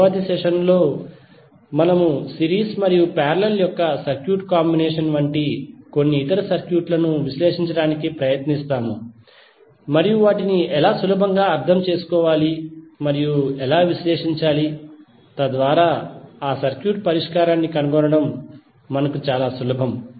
తరువాతి సెషన్లో మనము సిరీస్ మరియు పారేలల్ యొక్క సర్క్యూట్ కాంబినేషన్ వంటి కొన్ని ఇతర సర్క్యూట్లను విశ్లేషించడానికి ప్రయత్నిస్తాము మరియు వాటిని ఎలా సులభంగా అర్థం చేసుకోవాలి మరియు ఎలా విశ్లేషించాలి తద్వారా ఆ సర్క్యూట్ పరిష్కారాన్ని కనుగొనడం మనకు చాలా సులభం